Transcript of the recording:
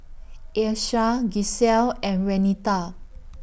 Ayesha Gisselle and Renita